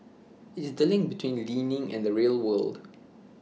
it's the link between learning and the real world